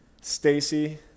Stacy